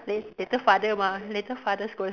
late later father mah later father scold her